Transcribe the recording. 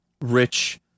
rich